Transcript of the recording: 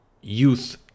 youth